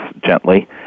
gently